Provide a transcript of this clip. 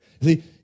See